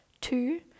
Two